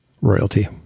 royalty